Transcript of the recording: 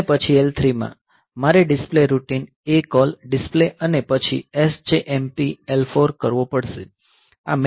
અને પછી L3 માં મારે ડિસ્પ્લે રૂટિન ACALL ડિસ્પ્લે અને પછી SJMP L4 કરવો પડશે